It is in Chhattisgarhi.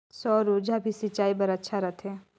सौर ऊर्जा भी सिंचाई बर अच्छा रहथे?